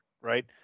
right